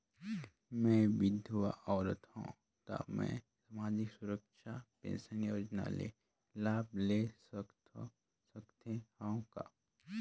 मैं विधवा औरत हवं त मै समाजिक सुरक्षा पेंशन योजना ले लाभ ले सकथे हव का?